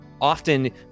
often